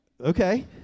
Okay